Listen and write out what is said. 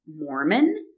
Mormon